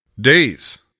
days